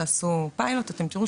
תעשו פיילוט ואתם תראו